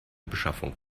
beschaffung